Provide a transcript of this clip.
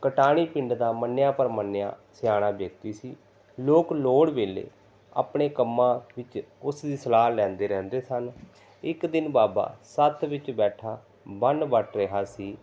ਕਟਾਣੀ ਪਿੰਡ ਦਾ ਮੰਨਿਆ ਪਰਮੰਨਿਆ ਸਿਆਣਾ ਵਿਅਕਤੀ ਸੀ ਲੋਕ ਲੋੜ ਵੇਲੇ ਆਪਣੇ ਕੰਮਾਂ ਵਿੱਚ ਉਸ ਦੀ ਸਲਾਹ ਲੈਂਦੇ ਰਹਿੰਦੇ ਸਨ ਇੱਕ ਦਿਨ ਬਾਬਾ ਸੱਥ ਵਿੱਚ ਬੈਠਾ ਬੱਣ ਵੱਟ ਰਿਹਾ ਸੀ